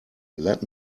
let